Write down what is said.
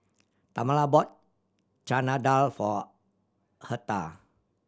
Tamala bought Chana Dal for Hertha